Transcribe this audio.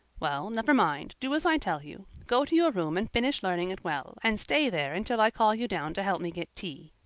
well, never mind, do as i tell you. go to your room and finish learning it well, and stay there until i call you down to help me get tea.